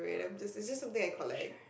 great it's just something I collect